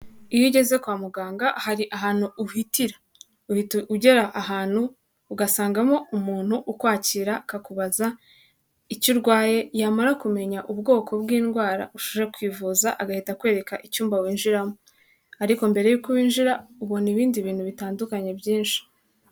Iyo ugeze kwa muganga hari ahantu uhitira. Uhita ugera ahantu ugasangamo umuntu ukwakira akakubaza icyo urwaye, yamara kumenya ubwoko bw'indwara ushobora kwivuza agahita akwereka icyumba winjiramo, ariko mbere y'uko winjira ubona ibindi bintu bitandukanye byinshi.